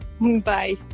bye